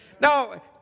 Now